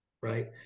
right